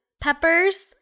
peppers